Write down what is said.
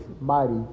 mighty